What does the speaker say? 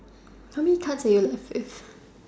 tell me your life is